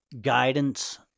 Guidance